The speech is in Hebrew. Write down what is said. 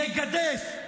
יגדף,